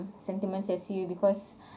sentiment as you because